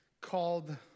called